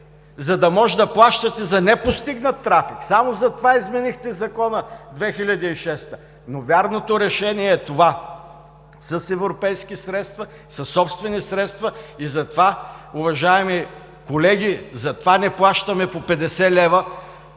за да може да плащате за непостигнат трафик само заради това изменихте Закона през 2006 г. Вярното решение е това – с европейски средства, със собствени средства и затова, уважаеми колеги, затова не плащаме по 50 лв.